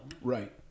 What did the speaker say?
Right